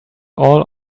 all